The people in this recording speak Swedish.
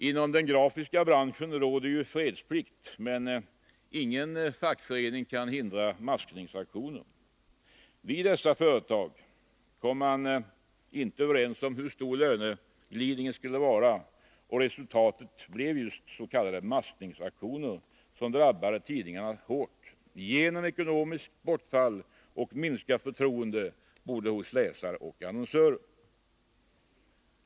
Inom den grafiska branschen råder fredsplikt, men ingen fackledning kan hindra maskningsaktioner. Vid dessa företag kom man inte överens om hur stor löneglidningen skulle vara, och resultatet blev just s.k. maskningsaktioner, som drabbade tidningarna hårt i form av ekonomiskt bortfall och minskat förtroende hos både läsare och annonsörer.